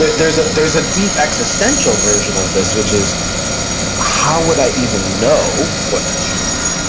ah there's ah there's a deep existential version of this, which is how would i even know what to choose?